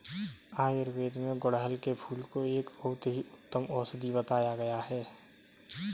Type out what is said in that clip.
आयुर्वेद में गुड़हल के फूल को एक बहुत ही उत्तम औषधि बताया गया है